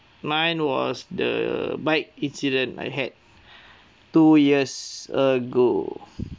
mine was the bike incident I had two years ago